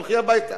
תלכי הביתה.